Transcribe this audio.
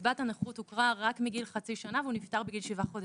וקצבת הנכות הוכרה רק מגיל חצי שנה והוא נפטר בגיל שבעה חודשים.